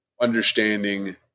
understanding